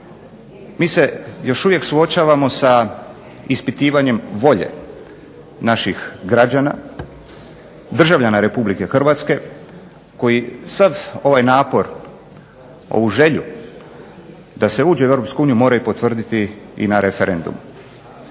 Mi se još uvije suočavamo sa ispitivanjem volje naših građana državljana RH koji sav ovaj napor, ovu želju da se uđe u EU mora potvrditi i na referendumu.